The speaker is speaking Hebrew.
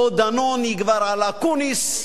או דנון יגבר על אקוניס?